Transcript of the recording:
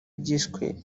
byiswe